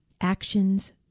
actions